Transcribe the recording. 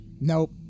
Nope